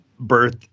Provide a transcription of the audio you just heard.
Birth